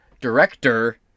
Director